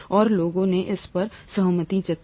और लोगों ने इस पर सहमति जताई